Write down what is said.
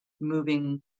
moving